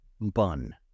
bun